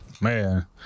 man